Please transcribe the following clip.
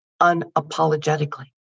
unapologetically